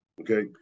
Okay